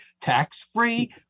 tax-free